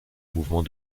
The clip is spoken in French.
mouvement